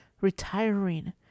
retiring